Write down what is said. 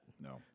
No